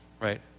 right